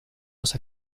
los